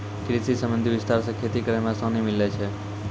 कृषि संबंधी विस्तार से खेती करै मे आसानी मिल्लै छै